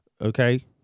okay